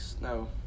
No